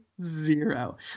zero